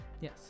Yes